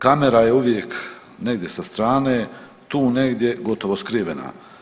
Kamera je uvijek negdje sa strane, tu negdje, gotovo skrivena.